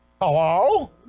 hello